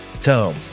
Tome